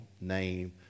name